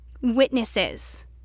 witnesses